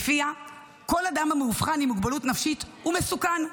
שלפיה כל אדם המאובחן עם מוגבלות נפשית הוא מסוכן.